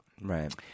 right